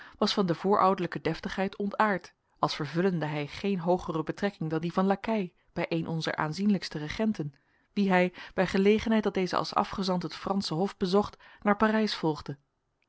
was van de voorouderlijke deftigheid ontaard als vervullende hij geene hoogere betrekking dan die van lakei bij een onzer aanzienlijkste regenten wien hij bij gelegenheid dat deze als afgezant het fransche hof bezocht naar parijs volgde